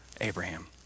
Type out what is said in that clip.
Abraham